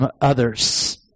others